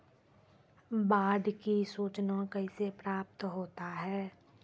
बाढ की सुचना कैसे प्राप्त होता हैं?